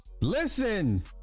Listen